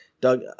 Doug